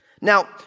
Now